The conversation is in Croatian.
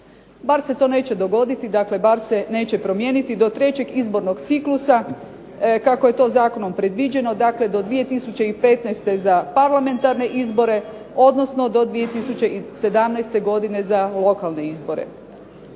zahtjev nije zadovoljen. Bar se to neće promijeniti do trećeg izbornog ciklusa kako je to zakonom predviđeno, dakle do 2015. za parlamentarne izbore odnosno do 2017. godine za lokalne izbore.